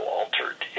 altered